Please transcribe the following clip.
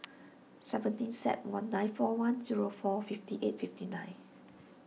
seventeen Sep one nine four one zero four fifty eight fifty nine